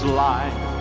life